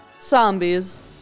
zombies